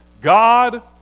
God